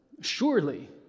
Surely